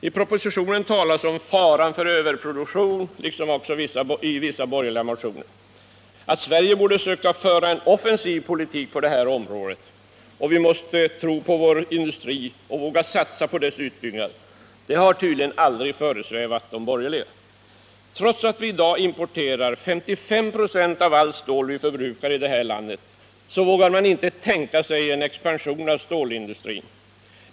I propositionen, liksom också i vissa borgerliga motioner, talas det om faran för överproduktion. Att vi borde söka föra en offensiv politik på detta område, att vi måste tro på vår industri och våga satsa på dess utbyggnad har tydligen aldrig föresvävat de borgerliga. Trots att vi i dag importerar 55 96 av allt det stål som vi förbrukar i det här landet, vågar man inte tänka sig en expansion av stålindustrin.